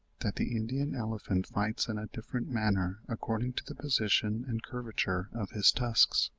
that the indian elephant fights in a different manner according to the position and curvature of his tusks.